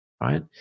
Right